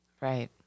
Right